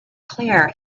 clear